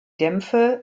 dämpfe